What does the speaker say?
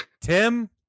Tim